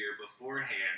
beforehand